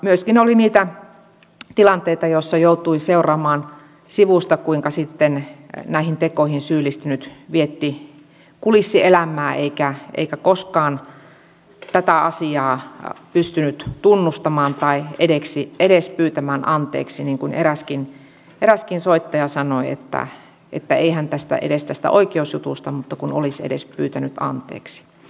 myöskin oli niitä tilanteita joissa joutui seuraamaan sivusta kuinka sitten näihin tekoihin syyllistynyt vietti kulissielämää eikä koskaan tätä asiaa pystynyt tunnustamaan tai edes pyytämään anteeksi niin kuin eräskin soittaja sanoi että ei hän edes tästä oikeusjutusta mutta kun olisi edes pyytänyt anteeksi